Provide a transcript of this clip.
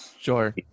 sure